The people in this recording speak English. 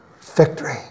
Victory